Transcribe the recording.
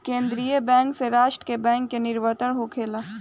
केंद्रीय बैंक से राष्ट्र के बैंक के निवर्तन होखेला